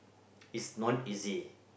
it's non easy